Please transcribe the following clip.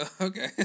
Okay